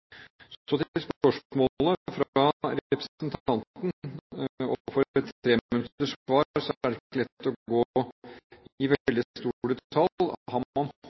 Så til spørsmålet fra interpellanten – i et treminutterssvar er det ikke lett å gå veldig mye i